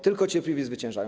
Tylko cierpliwi zwyciężają.